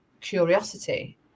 curiosity